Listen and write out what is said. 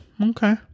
okay